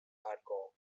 hardcore